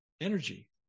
energy